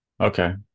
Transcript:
Okay